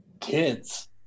kids